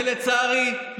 ולצערי,